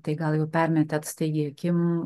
tai gal jau permetėt staigiai akim